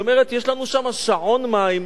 היא אומרת: יש לנו שם שעון מים,